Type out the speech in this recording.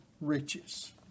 riches